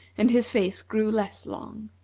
and his face grew less long.